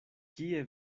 kie